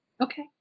okay